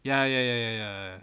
ya ya ya ya